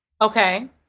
Okay